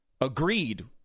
agreed